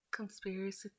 Conspiracy